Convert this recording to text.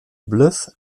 blyth